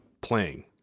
playing